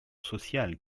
sociale